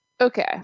okay